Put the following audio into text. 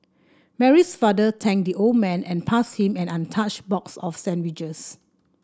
Mary's father thanked the old man and passed him an untouched box of sandwiches